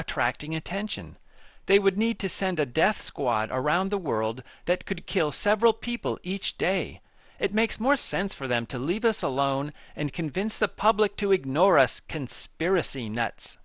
attracting attention they would need to send a death squad around the world that could kill several people each day it makes more sense for them to leave us alone and convince the public to ignore us conspiracy nuts